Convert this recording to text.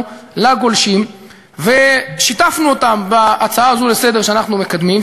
לגולשים ושיתפנו אותם בהצעה הזאת לסדר שאנחנו מקדמים,